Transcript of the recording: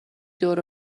دور